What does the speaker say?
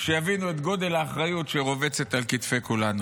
שיבינו את גודל האחריות שרובצת על כתפי כולנו.